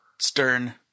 stern